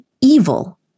evil